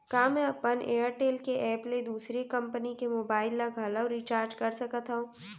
का मैं अपन एयरटेल के एप ले दूसर कंपनी के मोबाइल ला घलव रिचार्ज कर सकत हव?